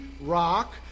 rock